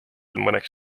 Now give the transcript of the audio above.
mõneks